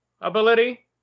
ability